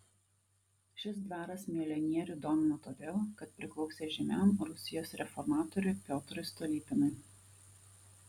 šis dvaras milijonierių domino todėl kad priklausė žymiam rusijos reformatoriui piotrui stolypinui